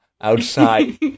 outside